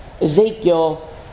Ezekiel